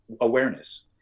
awareness